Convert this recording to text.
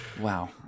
wow